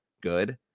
good